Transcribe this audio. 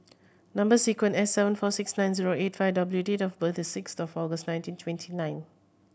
number sequence S seven four six nine zero eight five W date of birth is six of August nineteen twenty nine